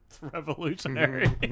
revolutionary